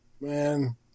Man